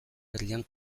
herrian